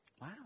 Wow